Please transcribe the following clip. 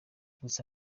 gusa